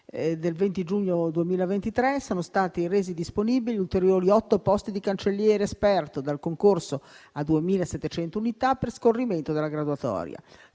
del 20 giugno 2023, sono stati resi disponibili ulteriori otto posti di cancelliere esperto dal concorso a 2.700 unità per scorrimento della graduatoria.